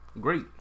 Great